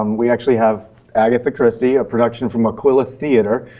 um we actually have agatha christie, a production from aquila theater,